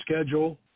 schedule